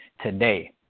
today